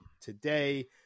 today